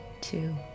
two